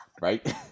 Right